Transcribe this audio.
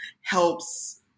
helps